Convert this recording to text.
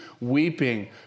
weeping